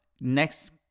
Next